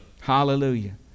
hallelujah